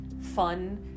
fun